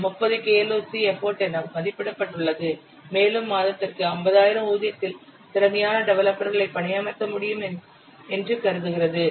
இது 30 KLOC effort என மதிப்பிடப்பட்டுள்ளது மற்றும் மாதத்திற்கு 50000 ஊதியத்தில் திறமையான டெவலப்பர்களை பணியமர்த்த முடியும் என்று கருதுகிறது